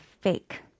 fake